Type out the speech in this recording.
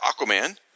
Aquaman